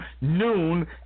noon